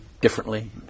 differently